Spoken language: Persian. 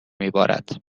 میبارد